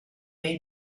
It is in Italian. nei